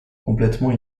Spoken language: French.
complètement